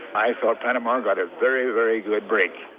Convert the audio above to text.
i thought panama got a very, very good break.